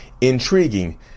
intriguing